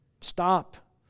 stop